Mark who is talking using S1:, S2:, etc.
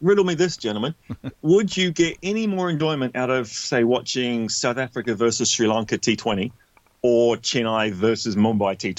S1: Riddle me this, gentlemen. Would you get any more enjoyment out of, say, watching South Africa versus Sri Lanka T20 or Chennai versus Mumbai T20?